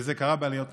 וזה קרה בעליות נוספות,